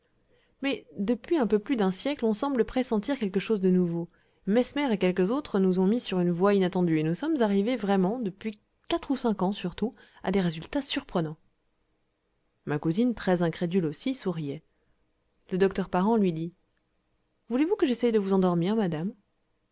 mais depuis un peu plus d'un siècle on semble pressentir quelque chose de nouveau mesmer et quelques autres nous ont mis sur une voie inattendue et nous sommes arrivés vraiment depuis quatre ou cinq ans surtout à des résultats surprenants ma cousine très incrédule aussi souriait le docteur parent lui dit voulez-vous que j'essaie de vous endormir madame